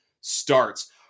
starts